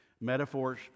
metaphors